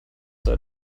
sei